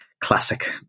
classic